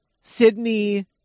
Sydney